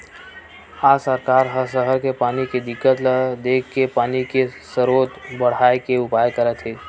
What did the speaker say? आज सरकार ह सहर के पानी के दिक्कत ल देखके पानी के सरोत बड़हाए के उपाय करत हे